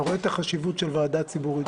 אתה רואה את החשיבות של ועדה ציבורית,